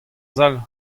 sal